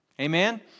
Amen